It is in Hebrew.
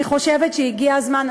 אני חושבת שהגיע הזמן.